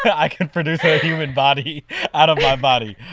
i can produce a human body out of my body.